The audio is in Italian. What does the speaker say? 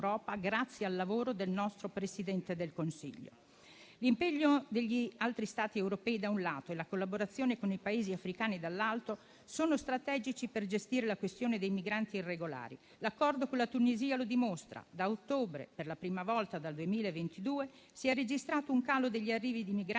grazie al lavoro del nostro Presidente del Consiglio. L'impegno degli altri Stati europei, da un lato, e la collaborazione con i Paesi africani, dall'altro, sono strategici per gestire la questione dei migranti irregolari. L'accordo con la Tunisia lo dimostra: da ottobre, per la prima volta dal 2022, si è registrato un calo degli arrivi di migranti